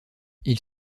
ils